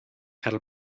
caryl